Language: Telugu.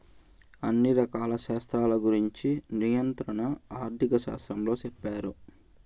అన్ని రకాల శాస్త్రాల గురుంచి నియంత్రణ ఆర్థిక శాస్త్రంలో సెప్తారు